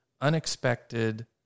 unexpected